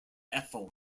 ethel